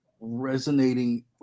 resonating